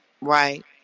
Right